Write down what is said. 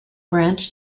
branch